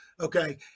Okay